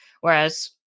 whereas